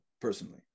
personally